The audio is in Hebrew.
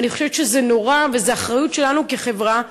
ואני חושבת שזה נורא ושזו אחריות שלנו כחברה.